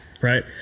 Right